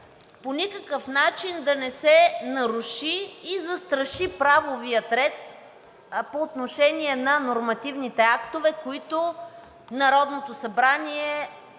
по никакъв начин да не се наруши и застраши правовият ред по отношение на нормативните актове, които Народното събрание